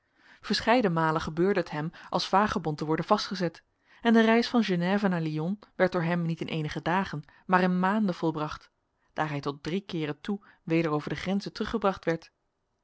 verscheidene malen gebeurde het hem als vagebond te worden vastgezet en de reis van genève naar lyon werd door hem niet in eenige dagen maar in maanden volbracht daar hij tot drie keeren toe weder over de grenzen teruggebracht werd